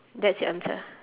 that's your answer